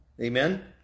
Amen